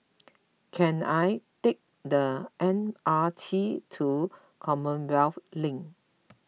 can I take the M R T to Commonwealth Link